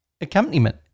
accompaniment